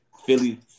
Philly